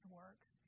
works